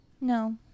No